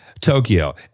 Tokyo